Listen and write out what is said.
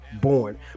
born